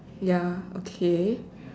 ya okay